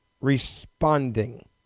responding